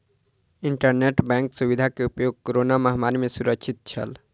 internet bank सुविधा के उपयोग कोरोना महामारी में सुरक्षित छल